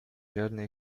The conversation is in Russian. реально